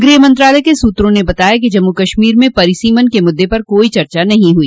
गृह मंत्रालय के सूत्रों ने बताया कि जम्मू कश्मीर में परिसीमन के मुद्दे पर कोई चर्चा नहीं हुई